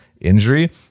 injury